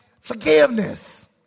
Forgiveness